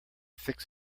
fix